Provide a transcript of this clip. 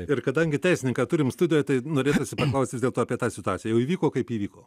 ir kadangi teisininką turim studijoj tai norėtųsi paklausti vis dėlto apie tą situaciją jau įvyko kaip įvyko